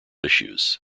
issues